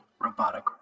robotic